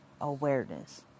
awareness